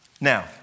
Now